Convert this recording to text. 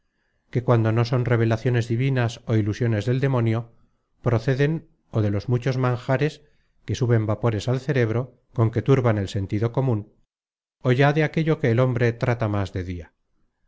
que cuando no son revelaciones divinas ó ilusiones del demonio proceden ó de los muchos manjares que suben vapores al cerebro con que turban el sentido comun ó ya de aquello que el hombre trata más de dia